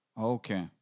Okay